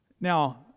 Now